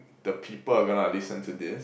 the people are gonna listen to this